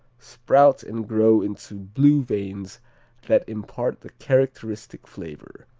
sprout and grow into blue veins that impart the characteristic flavor.